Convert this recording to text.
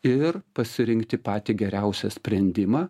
ir pasirinkti patį geriausią sprendimą